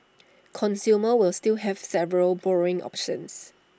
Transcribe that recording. consumers will still have several borrowing options